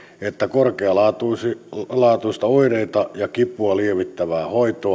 että korkealaatuista oireita ja kipua lievittävää hoitoa